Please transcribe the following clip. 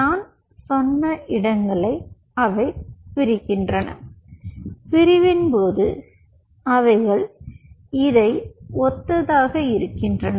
நான் சொன்ன இடங்களை அவை பிரிக்கின்றன பிரிவின் போது அவைகள் இதை ஓத்தயிருக்கின்றன